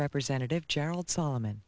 representative gerald solomon